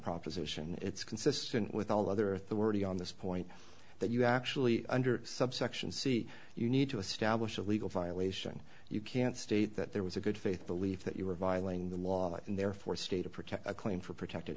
proposition it's consistent with all other authority on this point that you actually under subsection c you need to establish a legal violation you can state that there was a good faith belief that you were violating the law and therefore stay to protect a claim for protected